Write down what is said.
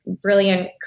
brilliant